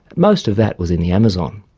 most of that was in the amazon.